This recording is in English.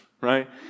right